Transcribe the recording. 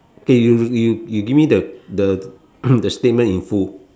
okay you you you give me the the the statement in full